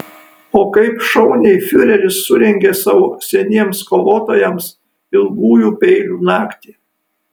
o kaip šauniai fiureris surengė savo seniems kovotojams ilgųjų peilių naktį